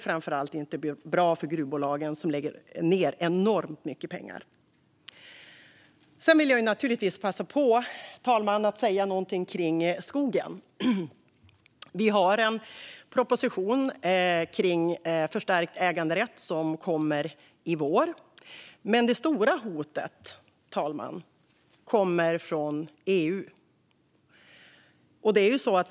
Framför allt är det inte bra för gruvbolagen, som lägger ned enormt mycket pengar. Naturligtvis, fru talman, vill jag också passa på att säga någonting om skogen. Det kommer en proposition om förstärkt äganderätt i vår. Det stora hotet, fru talman, kommer dock från EU.